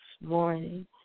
morning